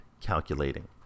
calculating